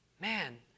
man